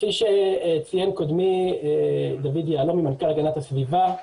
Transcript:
כפי שציין מנכ"ל המשרד להגנת הסביבה,